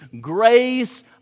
grace